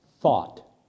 thought